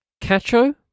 Cacho